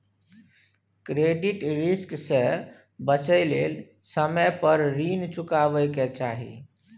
credit risk से बचइ लेल समय पर रीन चुकाबै के चाही